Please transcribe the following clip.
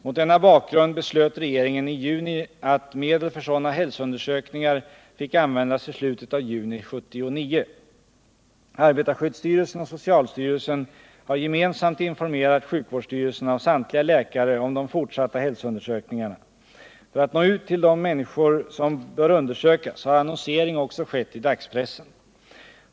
Mot denna bakgrund beslöt regeringen i juni att medel för sådana hälsoundersökningar fick användas till slutet av juni 1979. Arbetarskyddsstyrelsen och socialstyrelsen har gemensamt informerat sjukvårdsstyrelserna och samtliga läkare om de fortsatta hälsoundersökningarna. För att nå ut till de människor som bör undersökas har annonsering också skett i dagspressen.